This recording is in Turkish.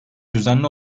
düzenli